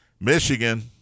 Michigan